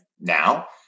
now